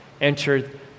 entered